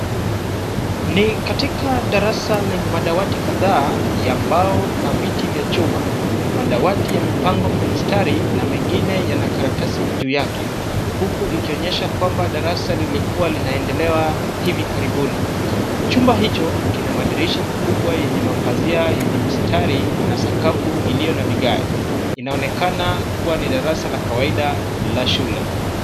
Ni katika darasa lenye madawati kadhaa ya mbao na viti vya chuma. Madawati ya mipango kwa mstari, na mengine yana karatasi juu yake. Huku ikionyesha kwamba darasa lilikuwa linaendelea hivi karibuni. Chumba hicho kina madirisha makubwa yenye mapazia yenye mistari, na sakafu iliyo na vigae. Inaonekana kuwa ni darasa la kawaida la shule.